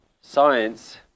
Science